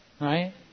Right